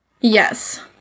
Yes